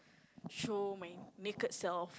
show my naked self